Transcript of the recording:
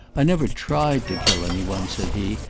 i never tried to kill any one, said he,